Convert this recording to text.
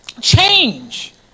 Change